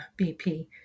BP